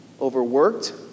overworked